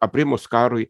aprimus karui